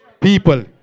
People